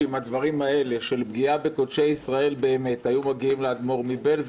שאם הדברים האלה של פגיעה בקודשי ישראל באמת היו מגיעים לאדמו"ר מבעלזא,